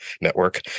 network